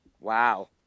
Wow